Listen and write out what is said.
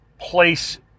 place